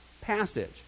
passage